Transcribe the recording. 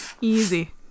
Easy